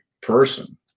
person